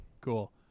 cool